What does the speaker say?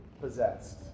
possessed